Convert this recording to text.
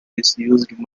disused